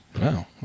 Wow